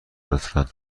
لطفا